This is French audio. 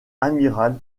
amiral